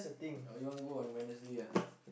or you want go on Wednesday ah